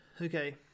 Okay